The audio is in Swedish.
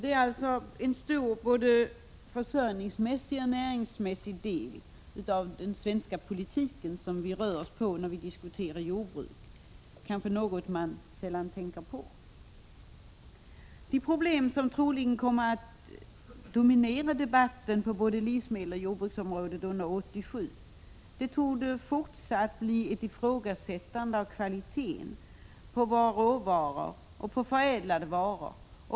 Det är alltså en stor del, både försörjningsmässig och näringsmässig, av den svenska politiken som det gäller när vi diskuterar jordbruk — det är kanske något man sällan tänker på. Det som kommer att dominera debatten på både livsmedelsoch jordbruksområdet under 1987 blir troligen ett fortsatt ifrågasättande av kvaliteten på våra råvaror och på förädlade varor.